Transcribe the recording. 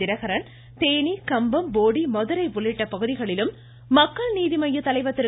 தினகரன் தேனி கம்பம் போடி மதுரை உள்ளிட்ட பகுதிகளிலும் மக்கள் நீதி மைய தலைவர் திரு